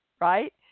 right